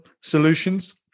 solutions